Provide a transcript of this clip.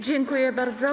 Dziękuję bardzo.